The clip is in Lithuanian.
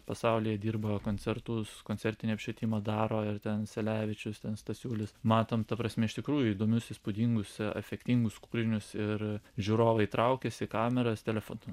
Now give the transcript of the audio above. pasaulyje dirba koncertus koncertinį apšvietimą daro ir ten selevičius ten stasiulis matom ta prasme iš tikrųjų įdomius įspūdingus efektingus kūrinius ir žiūrovai traukiasi kameras telefoną